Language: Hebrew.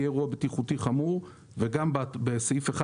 "אירוע בטיחותי חמור" וגם בסעיף (1),